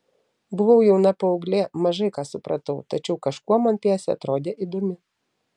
buvau jauna paauglė mažai ką supratau tačiau kažkuo man pjesė atrodė įdomi